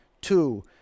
two